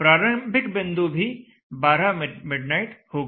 प्रारंभिक बिंदु भी 12 मिडनाइट होगा